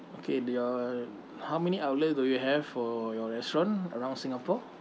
okay your how many outlet do you have for your restaurant around singapore